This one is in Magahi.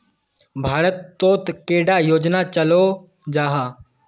भारत तोत कैडा योजना चलो जाहा?